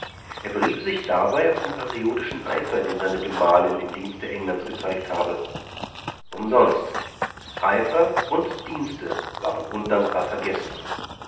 er berief sich dabei auf den patriotischen eifer den seine gemahlin im dienste englands gezeigt habe umsonst eifer und dienste waren undankbar vergessen